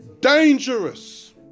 Dangerous